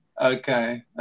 okay